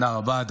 תודה רבה.